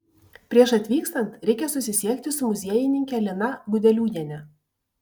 prieš atvykstant reikia susisiekti su muziejininke lina gudeliūniene